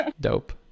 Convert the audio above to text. Dope